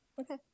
Okay